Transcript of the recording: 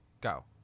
go